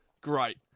Great